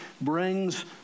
brings